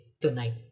tonight